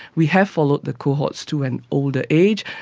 we have followed the cohorts to an older age,